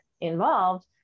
involved